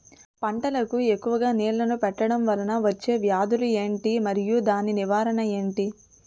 పంటలకు ఎక్కువుగా నీళ్లను పెట్టడం వలన వచ్చే వ్యాధులు ఏంటి? మరియు దాని నివారణ ఏంటి?